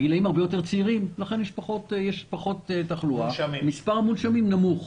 הגילאים הרבה יותר צעירים ולכן יש פחות תחלואה ומספר המונשמים נמוך.